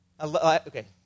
Okay